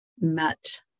met